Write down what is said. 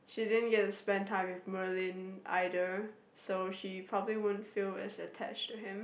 she didn't get to spend time with Merlin either so she probably won't feel as attached to him